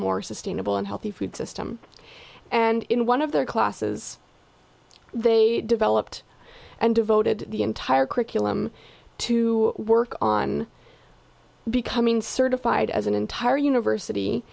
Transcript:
more sustainable and healthy food system and in one of their classes they developed and devoted the entire curriculum to work on becoming certified as an entire university